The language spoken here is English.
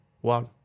one